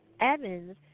Evans